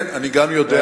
כן, אני גם יודע,